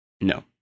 No